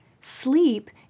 Sleep